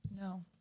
No